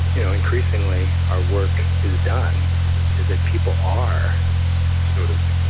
you know increasingly our work is done is that people are sort of,